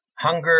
hunger